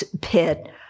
pit